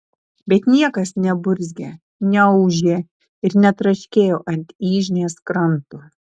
bet niekas neburzgė neūžė ir netraškėjo ant yžnės kranto